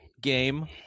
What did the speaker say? game